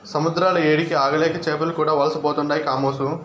సముద్రాల ఏడికి ఆగలేక చేపలు కూడా వలసపోతుండాయి కామోసు